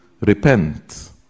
Repent